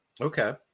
Okay